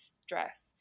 stress